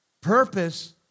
purpose